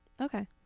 Okay